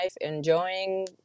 enjoying